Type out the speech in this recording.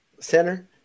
center